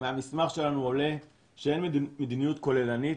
מהמסמך שלנו עולה שאין מדיניות כוללנית,